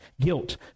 guilt